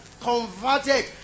Converted